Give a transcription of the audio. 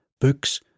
books